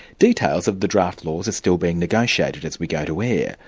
details of the draft laws are still being negotiated as we go to air